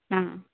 ହଁ